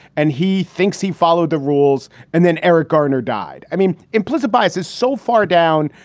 and he thinks he followed the rules and then eric garner died. i mean, implicit bias is so far down,